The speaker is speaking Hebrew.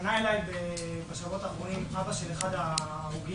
פנה אליי בשבועות האחרונים אבא של אחד ההרוגים,